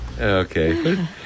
Okay